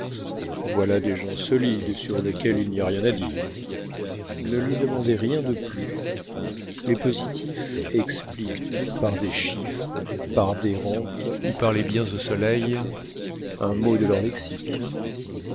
voilà des gens solides et sur lesquels il n'y a rien à dire ne lui demandez rien de plus les positifs expliquent tout par des chiffres par des rentes ou par les biens au soleil un mot de leur lexique